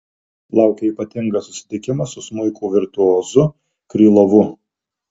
laukia ypatingas susitikimas su smuiko virtuozu krylovu